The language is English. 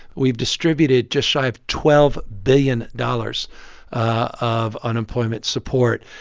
we've distributed just shy of twelve billion dollars of unemployment support.